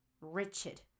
Richard